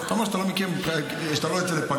אמרת שאתה לא מכיר מבחינת זה שאתה לא יוצא לפגרה.